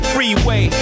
Freeway